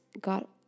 got